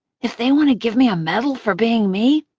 if they want to give me a medal for being me,